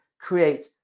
create